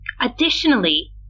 Additionally